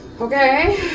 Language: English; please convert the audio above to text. Okay